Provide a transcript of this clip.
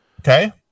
Okay